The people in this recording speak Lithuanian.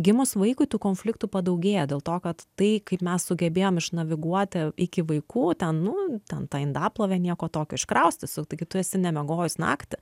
gimus vaikui tų konfliktų padaugėja dėl to kad tai kaip mes sugebėjom išnaviguoti iki vaikų ten nu ten ta indaplovė nieko tokio iškraustys taigi tu esi nemiegojus naktį